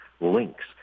links